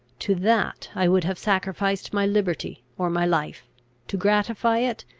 to that i would have sacrificed my liberty or my life to gratify it,